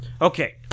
Okay